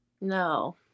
No